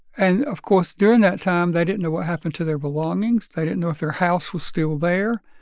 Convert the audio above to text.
and of course, during that time, they didn't know what happened to their belongings. they didn't know if their house was still there,